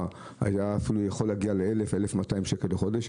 היו יכולים להגיע ל-1,000 או 1,200 שקלים בחודש,